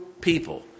people